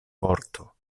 vorto